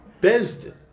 Bezdin